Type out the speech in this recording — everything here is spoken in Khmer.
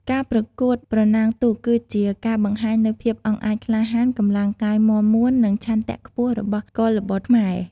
ការប្រកួតប្រណាំងទូកគឺជាការបង្ហាញនូវភាពអង់អាចក្លាហាន កម្លាំងកាយមាំមួន និងឆន្ទៈខ្ពស់របស់កុលបុត្រខ្មែរ។